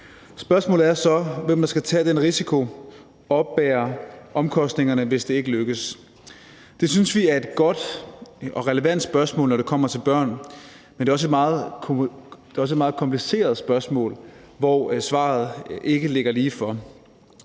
Spørgsmålet er så, hvem der skal tage den risiko og oppebære omkostningerne, hvis det ikke lykkes. Det synes vi er et godt og relevant spørgsmål, når det kommer til børn, men det er også et meget kompliceret spørgsmål, hvor svaret ikke ligger lige for.